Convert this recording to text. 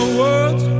words